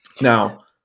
Now